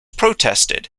protested